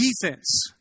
defense